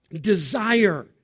Desire